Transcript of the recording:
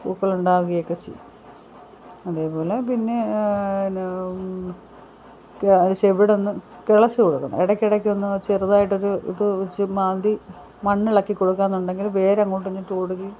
പൂക്കളുണ്ടാകയൊക്കെ ചെയ്യും അതേപോലെ പിന്നെ എന്നാൽ ചുവടൊന്ന് കിളച്ച് കൊടുക്കണം എടയ്ക്കെടുക്കൊന്ന് ചെറുതായിട്ടൊരു ഇത് വെച്ച് മാന്തി മണ്ണിളക്കി കൊടുക്കാന്നുണ്ടെങ്കിൽ വേരങ്ങോട്ടിങ്ങോട്ടോടുകയും